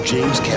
James